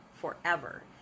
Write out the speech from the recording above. forever